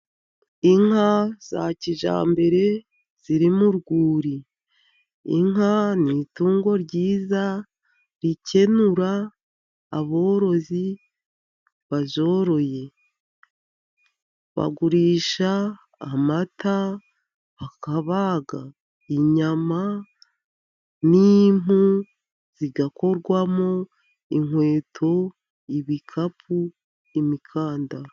Inka za kijyambere ziri mu rwuri, inka ni itungo ryiza rikenura aborozi bazoroye. Bagurisha amata bakabaga inyama n'impu zigakorwamo inkweto, ibikapu, imikandara.